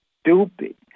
stupid